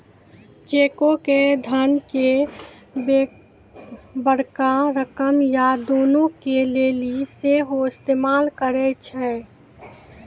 चेको के धन के बड़का रकम या दानो के लेली सेहो इस्तेमाल करै छै